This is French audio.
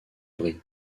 bry